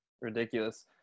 ridiculous